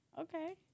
Okay